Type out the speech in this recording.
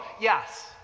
yes